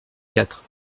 quatre